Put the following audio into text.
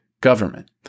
government